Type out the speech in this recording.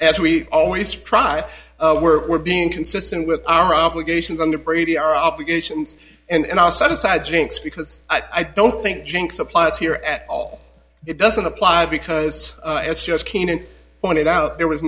as we always try we're being consistent with our obligations under brady our obligations and i'll set aside jinx because i don't think jinx applies here at all it doesn't apply because it's just keenan pointed out there was